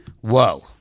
Whoa